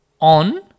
on